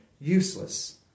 useless